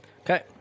Okay